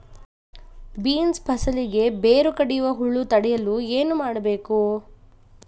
Beans ಫಸಲಿಗೆ ಬೇರು ಕಡಿಯುವ ಹುಳು ತಡೆಯಲು ಏನು ಮಾಡಬೇಕು?